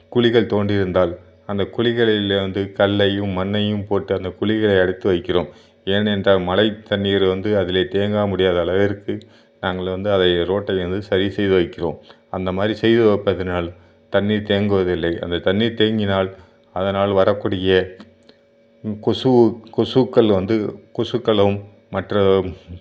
குழிகள் தோண்டி இருந்தால் அந்த குழிகளிலே வந்து கல்லையும் மண்ணையும் போட்டு அந்த குழிகளை அடைத்து வைக்கிறோம் ஏனென்றால் மழை தண்ணீர் வந்து அதிலே தேங்க முடியாத அளவிற்கு நாங்கள் வந்து அதை ரோட்டிலேருந்து சரி செய்து வைக்கிறோம் அந்த மாதிரி செய்து வைப்பதினால் தண்ணீர் தேங்குவதில்லை அந்த தண்ணீர் தேங்கினால் அதனால் வரக்கூடிய கொசு கொசுக்கள் வந்து கொசுக்களும் மற்ற